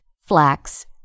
flax